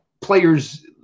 players